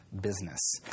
business